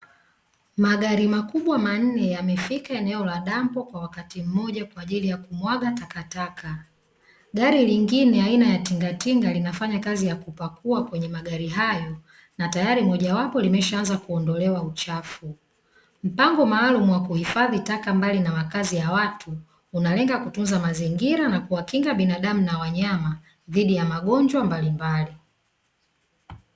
Magari makubwa manne yamefika eneo la dampo kwa wakati mmoja kwa ajili ya kumwaga taka, gari lingine aina ya tingatinga linafanya kazi ya kupakua kwenye magari hayo na tayari mojawapo, limeshaanza kuondolewa uchafu mfano maalumu wa kuhifadhi taka mbalimbali na makazi ya watu, unalenga kutunza mazingira na kuwakinga binadamu na wanyama dhidi ya magonjwa mbalimbali.